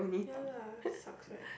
ya man sucks right